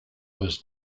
was